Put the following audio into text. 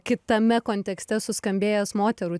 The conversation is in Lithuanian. kitame kontekste suskambėjęs moterų